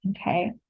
okay